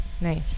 Nice